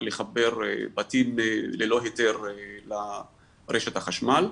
לחבר בתים ללא היתר לרשת החשמל,